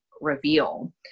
reveal